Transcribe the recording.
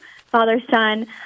father-son